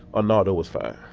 arnaldo was fine